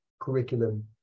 curriculum